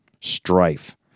strife